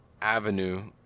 avenue